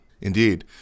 Indeed